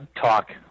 Talk